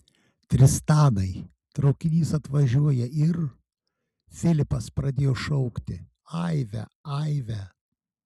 tristanai traukinys atvažiuoja ir filipas pradėjo šaukti aive aive